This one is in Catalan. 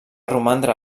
romandre